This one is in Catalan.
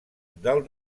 del